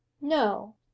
no